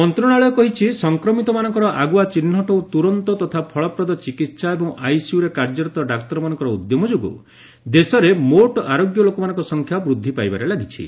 ମନ୍ତ୍ରଣାଳୟ କହିଛି ସଂକ୍ରମିତମାନଙ୍କର ଆଗୁଆ ଚିହ୍ନଟ ଓ ତୁରନ୍ତ ତଥା ଫଳପ୍ଦ ଚିକିତ୍ସା ଏବଂ ଆଇସିୟୁରେ କାର୍ଯ୍ୟରତ ଡାକ୍ତରମାନଙ୍କର ଉଦ୍ୟମ ଯୋଗୁଁ ଦେଶରେ ମୋଟ୍ ଆରୋଗ୍ୟ ଲୋକମାନଙ୍କ ସଂଖ୍ୟା ବୃଦ୍ଧି ପାଇବାରେ ଲାଗିଛି